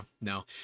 no